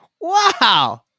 Wow